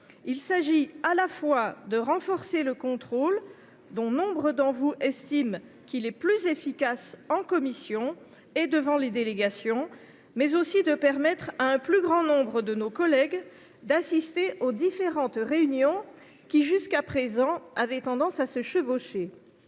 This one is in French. Il s’agit à la fois de renforcer le contrôle – vous êtes nombreux à estimer qu’il est plus efficace en commission et devant les délégations –, mais aussi de permettre à un plus grand nombre de nos collègues d’assister aux différentes réunions qui, jusqu’à présent, avaient tendance à se chevaucher.